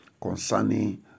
concerning